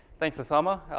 thanks, ossama.